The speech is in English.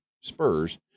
spurs